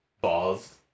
balls